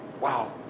wow